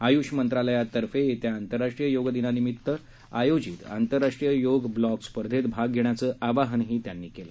आयुष मंत्रालयातर्फे येत्या आंतरराष्ट्रीय योग दिनानिमित्त आयोजित आंतरराष्ट्रीय योग ब्लॉग स्पर्धेत भाग घेण्याचं आवाहन त्यांनी केलं